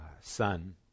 son